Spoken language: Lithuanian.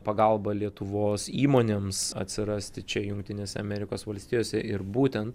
pagalba lietuvos įmonėms atsirasti čia jungtinėse amerikos valstijose ir būtent